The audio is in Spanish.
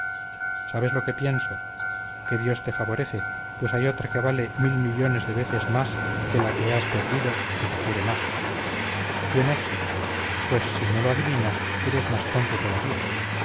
sabes lo que pienso que dios te favorece pues ay otra que vale mil millones de veces más que la que as perdido y te quiere más quién es pues si no lo adivinas eres más tonto todavía